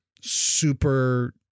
super